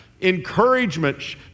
encouragement